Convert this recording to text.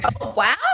Wow